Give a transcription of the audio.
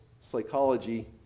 psychology